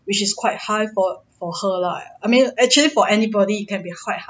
which is quite high for for her lah I mean actually for anybody can be quite